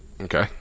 Okay